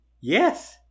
Yes